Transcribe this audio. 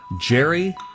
Jerry